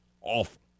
Awful